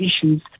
issues